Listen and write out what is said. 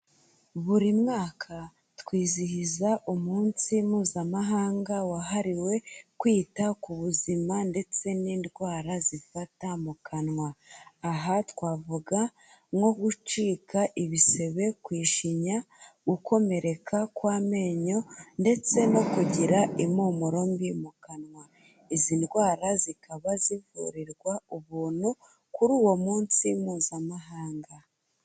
Buri mwaka twizihiza umunsi Mpuzamahanga wahariwe kwita ku buzima ndetse n'indwara zifata mu kanwa, aha twavuga nko gucika ibisebe kwishinya, gukomereka kw'amenyo, ndetse no kugira impumuro mbi mu kanwa, izi ndwara zikaba zivurirwa ubuntu, kuri uwo munsi mpuzamahanga.